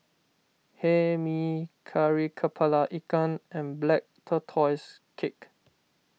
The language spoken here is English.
Hae Mee Kari Kepala Ikan and Black Tortoise Cake